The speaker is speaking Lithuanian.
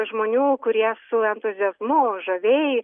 žmonių kurie su entuziazmu žaviai